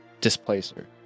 Displacer